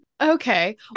Okay